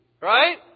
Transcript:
Right